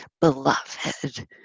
beloved